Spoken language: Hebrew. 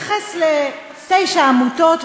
מתייחס לתשע עמותות,